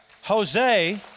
Jose